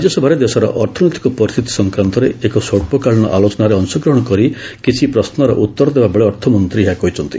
ରାଜ୍ୟସଭାରେ ଦେଶର ଅର୍ଥନୈତିକ ପରିସ୍ଥିତି ସଂକ୍ରାନ୍ତରେ ଏକ ସ୍ୱଚ୍ଚକାଳୀନ ଆଲୋଚନାରେ ଅଂଶଗ୍ରହଣ କରି କିଛି ପ୍ରଶ୍ନର ଉତ୍ତର ଦେବାବେଳେ ଅର୍ଥମନ୍ତ୍ରୀ ଏହା କହିଛନ୍ତି